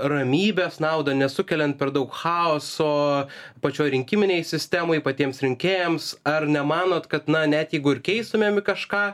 ramybės naudą nesukeliant per daug chaoso pačioj rinkiminėj sistemoj patiems rinkėjams ar nemanot kad na net jeigu ir keistumėm į kažką